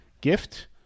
gift